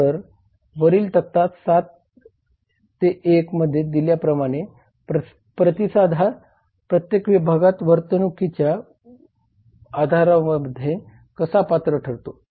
तर वरील तक्ता 7 1 मध्ये दिलेल्या प्रमाणे प्रतिसाद हा प्रत्येक विभागातील वर्तणुकीच्या आधारांमध्ये कसा पात्र ठरतो